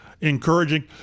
Encouraging